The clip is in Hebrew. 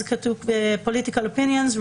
כתוב "Political opinions,